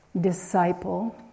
disciple